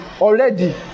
Already